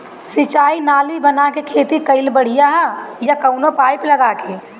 सिंचाई नाली बना के खेती कईल बढ़िया ह या कवनो पाइप लगा के?